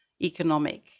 economic